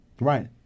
Right